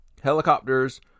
Helicopters